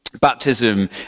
Baptism